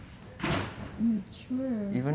um sure